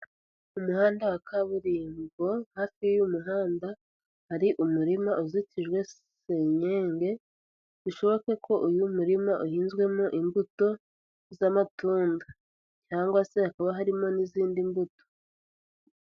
Umuhanda wa kaburimbo, hafi y'umuhanda hari umurima uzitijwe senyege. Bishoboke ko uyu murima, uhinzwemo imbuto z'amatunda, cyangwa se hakaba harimo n'izindi mbuto.